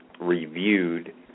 reviewed